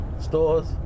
stores